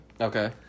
Okay